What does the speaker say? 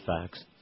facts